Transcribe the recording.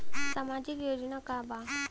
सामाजिक योजना का बा?